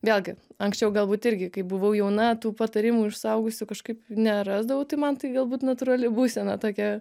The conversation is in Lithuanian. vėlgi anksčiau galbūt irgi kai buvau jauna tų patarimų iš suaugusių kažkaip nerasdavau tai man tai galbūt natūrali būsena tokia